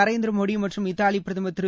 நரேந்திரமோடிமற்றும் இத்தாலிபிரதமர் திரு